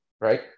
right